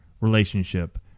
relationship